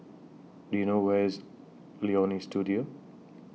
Do YOU know Where IS Leonie Studio